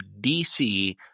DC